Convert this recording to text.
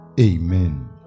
Amen